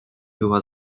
była